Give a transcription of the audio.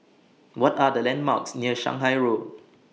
What Are The landmarks near Shanghai Road